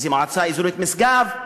הוא המועצה האזורית משגב.